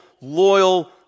loyal